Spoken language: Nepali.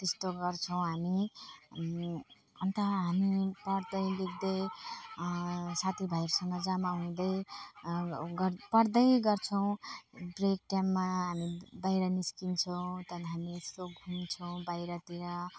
त्यस्तो गर्छौँ हामी अनि अन्त हामी पढ्दै लेख्दै साथीभाइसँग जमाउँदै पढ्दै गर्छौँ ब्रेक टाइममा हामी बाहिर निस्किन्छौँ त्यहाँदेखि हामी यस्तो घुम्छौँ बाहिरतिर